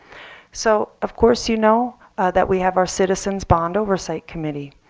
so of course you know that we have our citizens bond oversight committee.